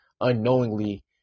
unknowingly